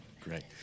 Great